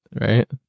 right